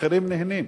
ואחרים נהנים.